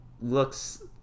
looks